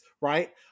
right